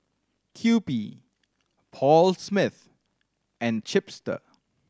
Kewpie Paul Smith and Chipster